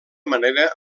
manera